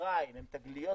במצרים הן תגליות